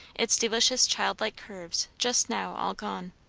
its delicious childlike curves just now all gone.